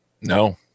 No